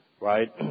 right